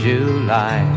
July